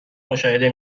مشاهده